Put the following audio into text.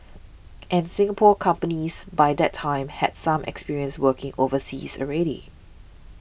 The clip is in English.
and Singapore companies by that time had some experience working overseas already